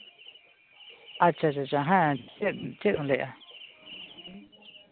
ᱟᱪᱪᱷᱟ ᱟᱪᱪᱷᱟ ᱦᱮᱸ ᱪᱮᱫ ᱪᱮᱫ ᱮᱢ ᱞᱟᱹᱭᱮᱫᱼᱟ